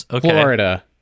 Florida